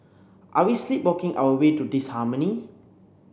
are we sleepwalking our way to disharmony